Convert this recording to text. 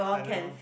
I don't know